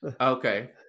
Okay